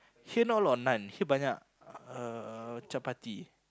here not a lot of naan here banyak chapati